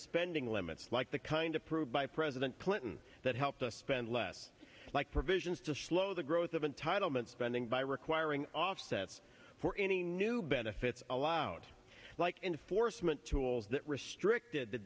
spending limits like the kind approved by president clinton that helped us spend less like provisions to slow the growth of entitlement spending by requiring offsets for any new benefits allowed like enforcement tools that restricted the